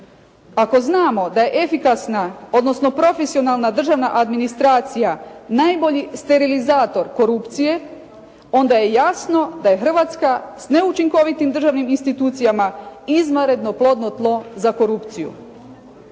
Ako znamo da je efikasna, odnosno profesionalna državna administracija najbolji sterilizator korupcije, onda je jasno da je Hrvatska s neučinkovitim državnim institucijama izvanredno plodno tlo za korupciju.